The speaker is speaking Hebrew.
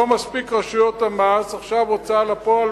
לא מספיק רשויות המס, עכשיו הוצאה לפועל.